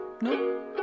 No